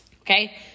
Okay